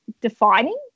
defining